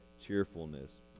cheerfulness